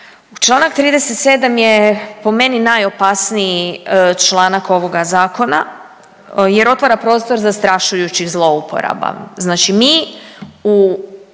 Članak 37. je po meni najopasniji članak ovoga zakona jer otvara prostor zastrašujućih zlouporaba.